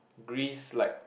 Greece like